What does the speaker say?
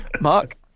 mark